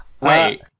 Wait